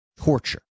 torture